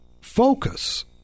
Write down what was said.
focus